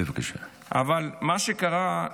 אבל מה שקרה,